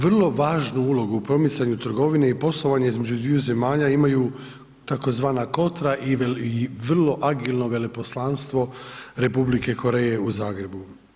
Vrlo važnu ulogu u promicanju trgovine i poslovanja između dviju zemalja imaju tzv. Kotra i vrlo agilno Veleposlanstvo Republike Koreje u Zagrebu.